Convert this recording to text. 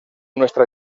nuestra